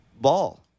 Ball